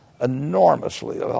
enormously